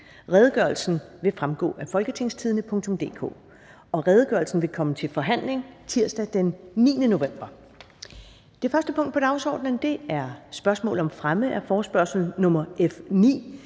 Redegørelsen vil fremgå af www.folketingstidende.dk. Redegørelsen vil komme til forhandling tirsdag den 9. november 2021. --- Det første punkt på dagsordenen er: 1) Spørgsmål om fremme af forespørgsel nr.